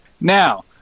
Now